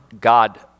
God